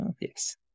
Yes